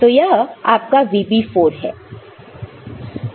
तो यह आपका VB4 है